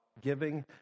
giving